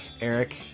Eric